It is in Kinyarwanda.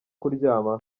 kuryama